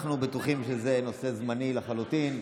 אנחנו בטוחים שזה נושא זמני לחלוטין,